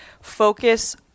focus